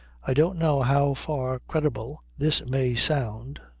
i don't know how far credible this may sound,